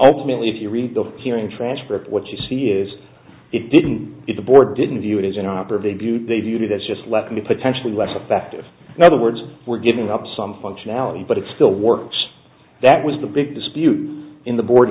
ultimately if you read the hearing transcript what you see is it didn't it the board didn't view it as an opera they do they do that's just left in the potentially less effective in other words we're giving up some functionality but it still works that was the big dispute in the board